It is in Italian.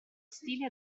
stile